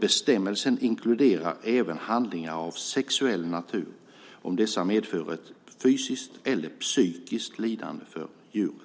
Bestämmelsen inkluderar även handlingar av sexuell natur om dessa medför ett fysiskt eller psykiskt lidande för djuret.